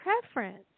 preference